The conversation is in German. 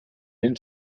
den